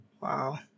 wow